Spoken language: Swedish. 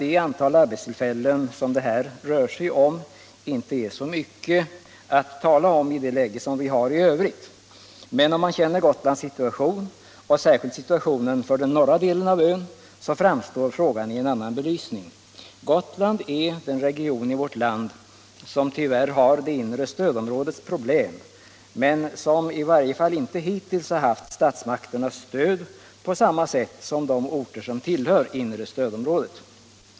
Det kan tyckas att antalet arbetstillfällen som det här rör sig I om inte är så mycket att tala om i det läge som vi har i övrigt, men - Om åtgärder för att om man känner Gotlands situation, och särskilt situationen för den norra — främja sysselsättdelen av ön, framstår frågan i en annan belysning. ningen på norra Gotland är den region i vårt land som tyvärr har det inre stödområdets Gotland problem, men som i varje fall inte hittills har haft statsmakternas stöd på samma sätt som de orter som tillhör inre stödområdet.